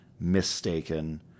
mistaken